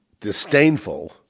disdainful